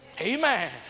Amen